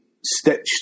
stitched